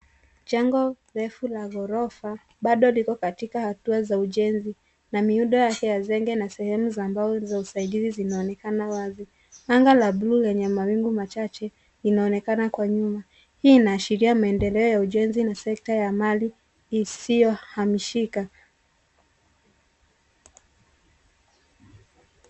Jengo refu la ghorofa bado liko katika hatua za ujenzi na miundo yake ya zege na sehemu za mbao za usaidizi zinaonekana wazi. Angaa la blue lenye mawingu machache linaonekana kwa nyuma. Hii inaashiria maendeleo ya ujenzi na sekta ya mali isiyohamishika.